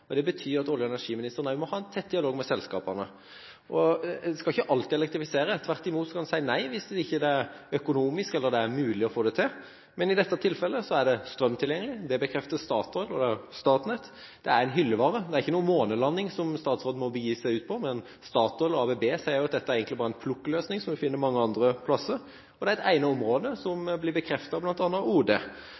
Det betyr at olje- og energiministeren også må ha tett dialog med selskapene. En skal ikke alltid elektrifisere. Tvert imot, skal en si nei hvis det ikke er økonomisk eller ikke mulig å få det til. Men i dette tilfellet er det strøm tilgjengelig, det bekrefter Statoil og Statnett. Det er en hyllevare – det er ingen månelanding, som statsråden må begi seg ut på. Men Statoil og ABB sier at dette er egentlig en plukkløsning, som en finner mange andre plasser. Det er et egnet område som blir